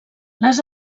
les